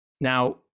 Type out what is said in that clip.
now